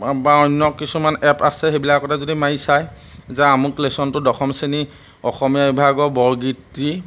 বা অন্য কিছুমান এপ আছে সেইবিলাকতে যদি মাৰি চায় যে আমুক লেচনটো দশম শ্ৰেণী অসমীয়া বিভাগৰ বৰগীতটি